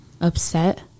upset